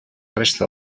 resta